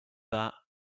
that